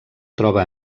troba